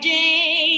day